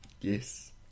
yes